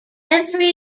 every